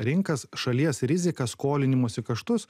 rinkas šalies rizikas skolinimosi kaštus